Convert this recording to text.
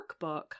workbook